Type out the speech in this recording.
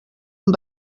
amb